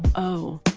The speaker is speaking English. oh,